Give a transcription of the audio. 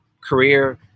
career